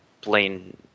plain